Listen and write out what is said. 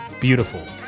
beautiful